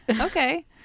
Okay